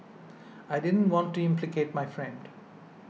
I didn't want to implicate my friend